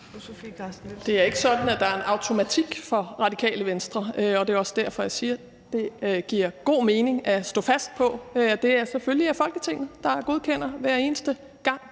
Det er ikke sådan, at der er en automatik for Radikale Venstre, og det er også derfor, jeg siger, at det giver god mening at stå fast på, at det selvfølgelig er Folketinget, der godkender det hver eneste gang.